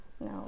No